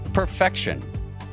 perfection